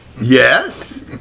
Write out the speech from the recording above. Yes